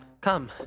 come